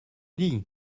dis